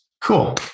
Cool